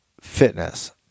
fitness